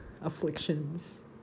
afflictions